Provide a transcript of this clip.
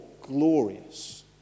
glorious